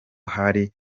hari